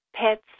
Pets